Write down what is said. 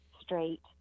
straight